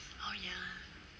oh ya